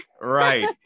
Right